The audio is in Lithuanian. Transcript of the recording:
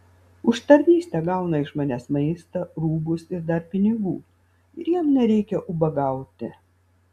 už tarnystę gauna iš manęs maistą rūbus ir dar pinigų ir jam nereikia ubagauti